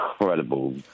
incredible